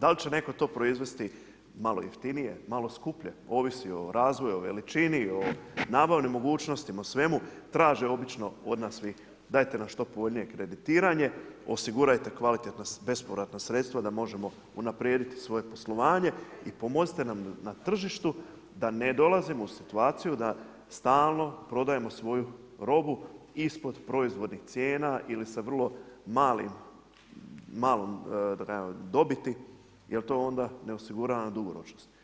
dali će neko to proizvesti malo jeftinije, malo skuplje ovisi o razvoju, o veličini, o nabavnim mogućnostima, o svemu traže obično od nas svih dajte nam što povoljnije kreditiranje, osigurajte kvalitetna bespovratna sredstva da možemo unaprijediti svoje poslovanje i pomozite nam na tržištu da ne dolazimo u situaciju da stalno prodajemo svoju robu ispod proizvodnih cijena ili sa vrlo malom dobiti jel to nam onda ne osigurava dugoročnost.